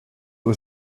was